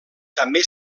també